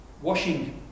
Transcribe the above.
Washing